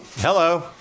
Hello